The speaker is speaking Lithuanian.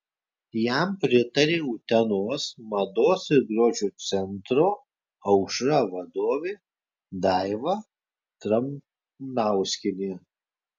jam pritarė utenos mados ir grožio centro aušra vadovė daiva trapnauskienė